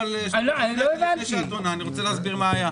לפני שאת עונה, אני רוצה להסביר מה היה.